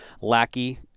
lackey